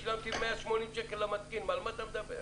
שילמתי 180 שקלים למתקין על מה אתה מדבר?